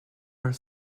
are